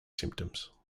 symptoms